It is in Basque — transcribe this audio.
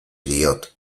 diot